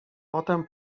potem